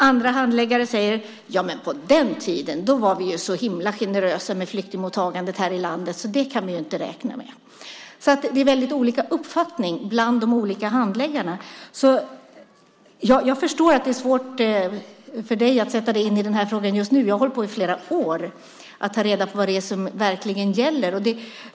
Andra handläggare säger: Ja, men på den tiden var vi ju så himla generösa med flyktingmottagandet här i landet, så det kan vi inte räkna med. Det finns alltså väldigt olika uppfattningar bland de olika handläggarna. Jag förstår att det är svårt för dig, Cristina Husmark Pehrsson, att sätta dig in i den här frågan just nu. Jag har hållit på i flera år med att ta reda på vad det är som verkligen gäller.